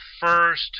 first